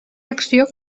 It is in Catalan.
acció